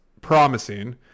promising